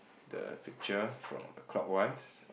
the picture from clockwise